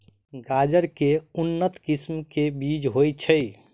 गाजर केँ के उन्नत किसिम केँ बीज होइ छैय?